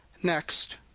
next,